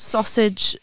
Sausage